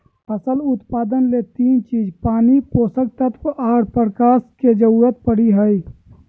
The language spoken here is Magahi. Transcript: फसल उत्पादन ले तीन चीज पानी, पोषक तत्व आर प्रकाश के जरूरत पड़ई हई